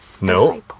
No